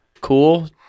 cool